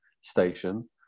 station